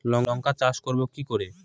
লঙ্কা চাষ করব কি করে?